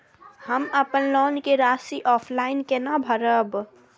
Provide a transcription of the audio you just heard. हम अपन लोन के राशि ऑफलाइन केना भरब?